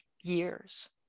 years